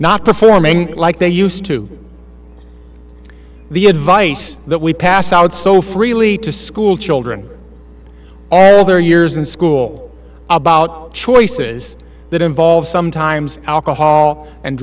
not performing like they used to the advice that we pass out so freely to school children all their years in school about choices that involve sometimes alcohol and